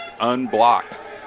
unblocked